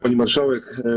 Pani Marszałek!